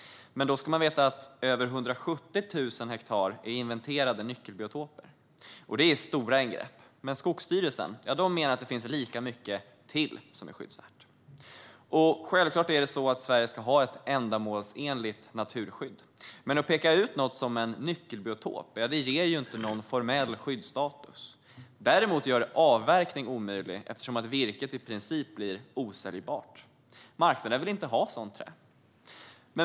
Men då ska man veta att över 170 000 hektar är inventerade nyckelbiotoper. Det är stora ingrepp. Men Skogsstyrelsen menar att det finns lika mycket till som är skyddsvärt. Självklart ska Sverige ha ett ändamålsenligt naturskydd. Men att peka ut något som en nyckelbiotop ger inte någon formell skyddsstatus. Däremot gör det avverkning omöjlig eftersom virket i princip blir osäljbart. Marknaden vill inte ha sådant trä.